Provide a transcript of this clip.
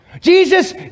Jesus